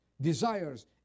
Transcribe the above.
desires